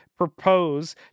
propose